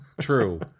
true